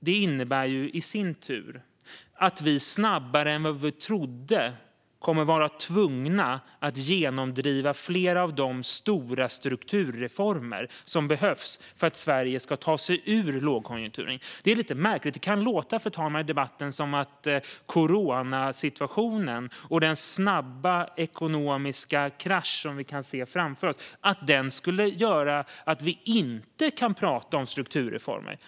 Det innebär i sin tur att vi snabbare än vi trodde kommer att vara tvungna att genomdriva flera av de stora strukturreformer som behövs för att Sverige ska ta sig ur lågkonjunkturen. Det är lite märkligt. I debatten kan det låta som att coronasituationen och den snabba ekonomiska krasch som vi kan se framför oss skulle göra att vi inte kan tala om strukturreformer.